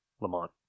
Lamont